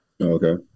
Okay